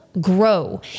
grow